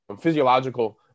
physiological